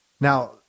Now